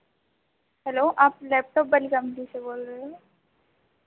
hello आप laptop वाली company से बोल रहे हो